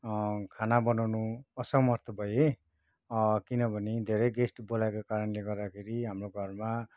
खाना बनाउनु असमर्थ भएँ किनभने धेरै गेस्ट बोलाएको कारणले गर्दाखेरि हाम्रो घरमा